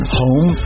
home